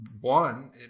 one